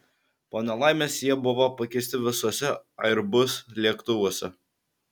po nelaimės jie buvo pakeisti visuose airbus lėktuvuose